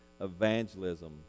Evangelism